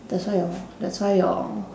that's why your that's why your